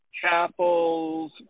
Chapel's